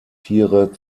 tiere